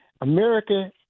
America